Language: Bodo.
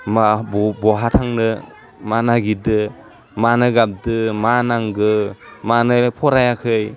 मा बह बहा थांनो मा नागिरदो मानो गाबदो मा नांगो मानो फरायाखै